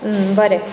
बरें